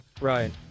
Right